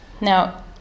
Now